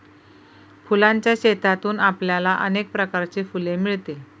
फुलांच्या शेतातून आपल्याला अनेक प्रकारची फुले मिळतील